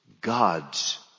God's